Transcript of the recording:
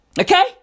Okay